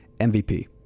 MVP